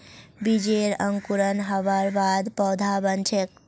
बीजेर अंकुरण हबार बाद पौधा बन छेक